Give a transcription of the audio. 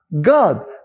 God